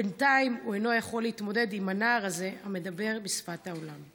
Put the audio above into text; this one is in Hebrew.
בינתיים הוא אינו יכול להתמודד עם הנער הזה המדבר בשפת העולם.